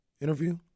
interview